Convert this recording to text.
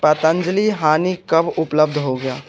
पतंजलि हानी कब उपलब्ध होगा